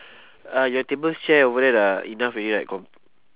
ah ya timbre's chair over there lah enough already lah aircon